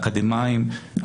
אקדמאים,